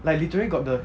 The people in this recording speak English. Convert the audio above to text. like literally got the